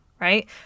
right